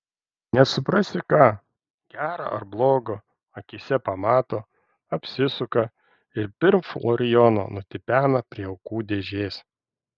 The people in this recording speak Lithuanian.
nesuprasi ką gera ar bloga akyse pamato apsisuka ir pirm florijono nutipena prie aukų dėžės